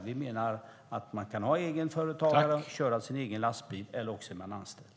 Vi menar att man kan vara egenföretagare och köra sin egen lastbil, eller också är man anställd.